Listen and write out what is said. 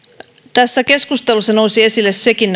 tässä keskustelussa nousi esille sekin